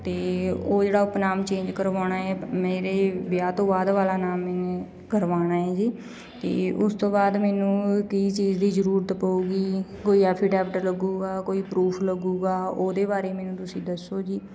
ਅਤੇ ਉਹ ਜਿਹੜਾ ਉਪਨਾਮ ਚੇਂਜ ਕਰਵਾਉਣਾ ਹੈ ਮੇਰੇ ਵਿਆਹ ਤੋਂ ਬਾਅਦ ਵਾਲਾ ਨਾਮ ਮੈਨੇ ਕਰਵਾਉਣਾ ਹੈ ਜੀ ਅਤੇ ਉਸ ਤੋਂ ਬਾਅਦ ਮੈਨੂੰ ਕੀ ਚੀਜ਼ ਦੀ ਜ਼ਰੂਰਤ ਪਵੇਗੀ ਕੋਈ ਐਫੀਡੈਪਟ ਲੱਗੇਗਾ ਕੋਈ ਪਰੂਫ ਲੱਗੇਗਾ ਉਹਦੇ ਬਾਰੇ ਮੈਨੂੰ ਤੁਸੀਂ ਦੱਸੋ ਜੀ